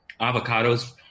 avocados